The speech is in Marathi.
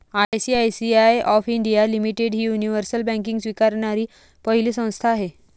आय.सी.आय.सी.आय ऑफ इंडिया लिमिटेड ही युनिव्हर्सल बँकिंग स्वीकारणारी पहिली संस्था आहे